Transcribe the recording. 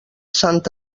sant